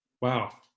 Wow